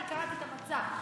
אני קראתי את המצע,